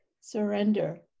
Surrender